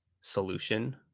solution